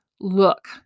look